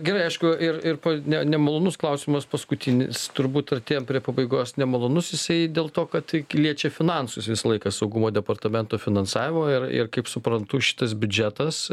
gerai aišku ir ir ne nemalonus klausimas paskutinis turbūt artėjant prie pabaigos nemalonus jisai dėl to kad tai liečia finansus visą laiką saugumo departamento finansavimo ir ir kaip suprantu šitas biudžetas